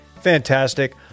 fantastic